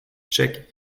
check